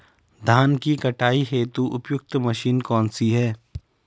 धान की कटाई हेतु उपयुक्त मशीन कौनसी है?